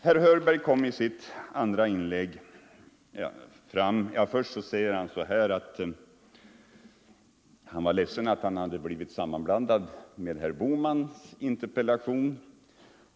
Herr Hörberg var ledsen över att hans interpellation hade blivit sammanförd med herr Bohmans interpellation.